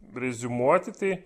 reziumuoti tai